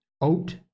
oat